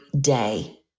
day